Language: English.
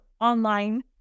online